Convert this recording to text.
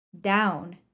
Down